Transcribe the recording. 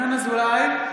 ינון אזולאי,